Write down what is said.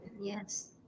yes